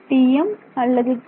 TM அல்லது TE